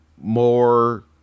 more